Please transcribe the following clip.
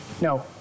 No